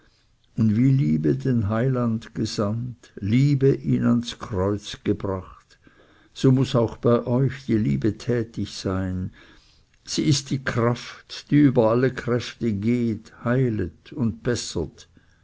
und wie liebe den heiland gesandt liebe ihn ans kreuz gebracht so muß auch bei euch die liebe tätig sein sie ist die kraft die über alle kräfte geht heilet und bessert